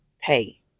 pay